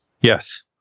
Yes